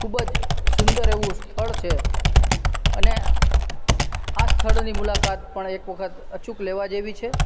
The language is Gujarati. ખૂબ જ સુંદર એવું સ્થળ છે અને આ સ્થળોની મુલાકાત પણ એક વખત અચૂક લેવા જેવી છે